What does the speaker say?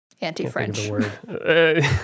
Anti-French